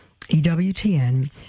EWTN